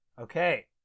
okay